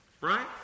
right